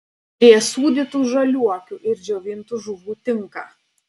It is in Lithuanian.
prie sūdytų žaliuokių ir džiovintų žuvų tinka